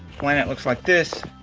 planet looks like this.